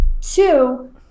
Two